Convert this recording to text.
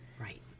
Right